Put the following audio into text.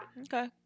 Okay